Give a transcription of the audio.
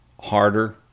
harder